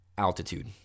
altitude